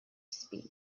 speed